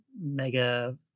mega